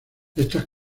estas